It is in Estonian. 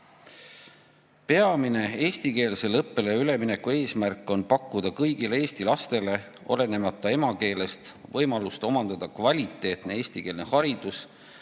"Peamine eestikeelsele õppele ülemineku eesmärk on pakkuda kõigile Eesti lastele, olenemata emakeelest, võimalust omandada kvaliteetne eestikeelne haridus,